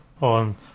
on